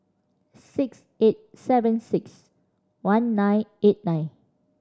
six eight seven six one nine eight nine